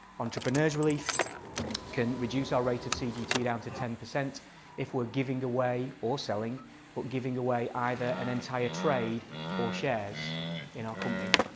entrepreneurs relief can reduce our rate of cgt down to ten percent if we're giving away or selling but giving away either an entire trade or shares in our company.